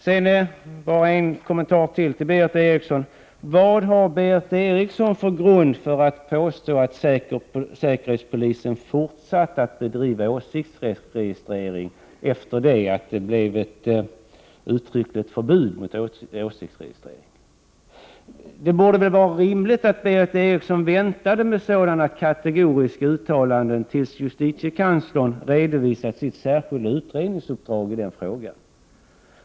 Sedan vill jag ytterligare kommentera Berith Erikssons inlägg. Vad har Berith Eriksson för grund för att påstå att säkerhetspolisen fortsatt att bedriva åsiktregistrering efter det att ett uttryckligt förbud utfärdats mot åsiktsregistrering? Det borde vara rimligt att Berith Eriksson väntade med sådana kategoriska uttalanden tills justitiekanslern redovisat sitt särskilda utredningsuppdrag i den frågan.